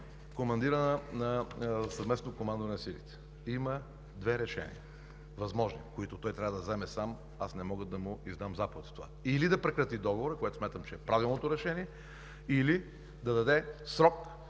командирът на Съвместното командване на силите има възможни две решения, които той трябва да вземе сам – аз не мога да му издам заповед за това – или да прекрати договора, което смятам, че е правилното решение, или да даде срок